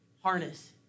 harness